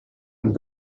and